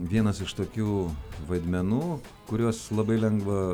vienas iš tokių vaidmenų kuriuos labai lengva